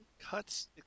cuts